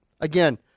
Again